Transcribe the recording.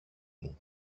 μου